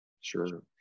Sure